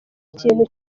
kintu